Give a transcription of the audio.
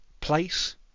place